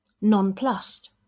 nonplussed